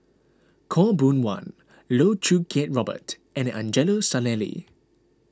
Khaw Boon Wan Loh Choo Kiat Robert and Angelo Sanelli